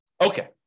Okay